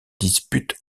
dispute